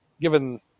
given